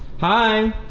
hi!